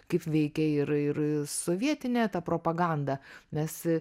kaip veikia ir ir sovietinė propaganda mes